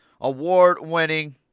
Award-winning